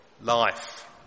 life